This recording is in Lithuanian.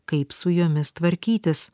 kaip su jomis tvarkytis